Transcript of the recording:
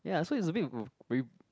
ya so it's a bit